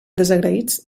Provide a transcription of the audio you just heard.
desagraïts